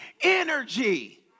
energy